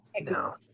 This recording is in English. No